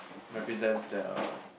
represents their